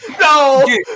No